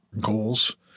goals